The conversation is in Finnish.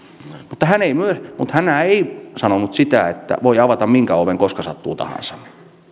mutta hänhän ei sanonut sitä että voi avata minkä oven koska sattuu tahansa